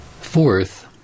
Fourth